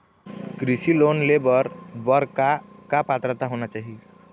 कृषि लोन ले बर बर का का पात्रता होना चाही?